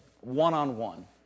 one-on-one